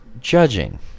judging